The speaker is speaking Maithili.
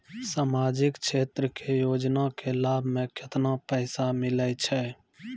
समाजिक क्षेत्र के योजना के लाभ मे केतना पैसा मिलै छै?